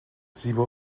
زیبا